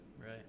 right